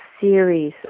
series